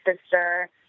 sister